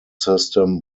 system